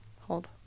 Hold